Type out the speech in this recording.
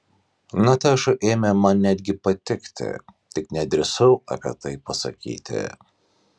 nataša ėmė man netgi patikti tik nedrįsau apie tai pasakyti